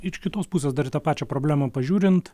iš kitos pusės dar į tą pačią problemą pažiūrint